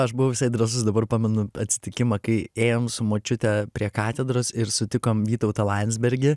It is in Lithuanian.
aš buvau visai drąsus dabar pamenu atsitikimą kai ėjom su močiute prie katedros ir sutikom vytautą landsbergį